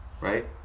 right